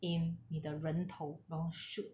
aim 你的人头然后 shoot